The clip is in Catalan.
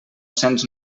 cents